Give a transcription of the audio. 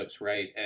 right